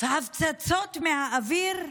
הפצצות מהאוויר,